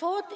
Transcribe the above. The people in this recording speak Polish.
zł.